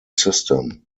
system